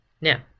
Now